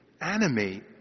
animate